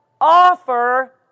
offer